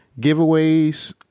giveaways